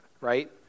right